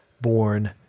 born